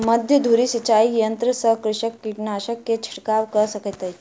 मध्य धूरी सिचाई यंत्र सॅ कृषक कीटनाशक के छिड़काव कय सकैत अछि